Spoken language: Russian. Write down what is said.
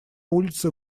улицы